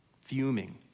fuming